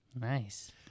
Nice